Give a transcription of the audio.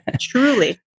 Truly